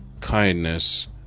kindness